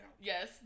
Yes